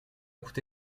coûté